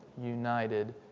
united